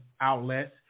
outlets